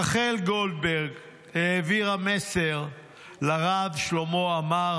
רחל גולדברג העבירה מסר לרב שלמה עמאר,